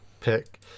pick